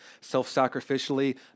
self-sacrificially